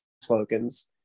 slogans